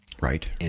Right